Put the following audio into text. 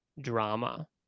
drama